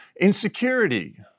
insecurity